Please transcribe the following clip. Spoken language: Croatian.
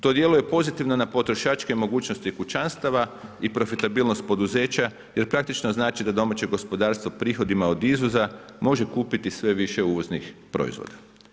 To djeluje pozitivno na potrošačke mogućnosti kućanstava i profitabilnost poduzeća, jer praktički znači da domaće gospodarstvo prihodima od izvoza može kupiti sve više uvoznih proizvoda.